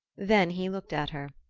then he looked at her.